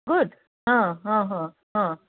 good हां हां हां हां